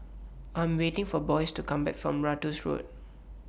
I Am waiting For Boyce to Come Back from Ratus Road